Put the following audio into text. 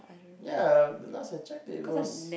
ya last I checked it was